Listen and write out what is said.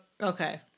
Okay